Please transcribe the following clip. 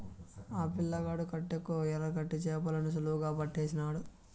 ఆ పిల్లగాడు కట్టెకు ఎరకట్టి చేపలను సులువుగా పట్టేసినాడు